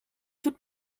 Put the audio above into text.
toute